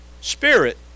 spirit